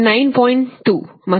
2 ಮತ್ತು ಈ ಕರೆಂಟ್ 279